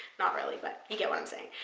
not really, but you get what i'm saying.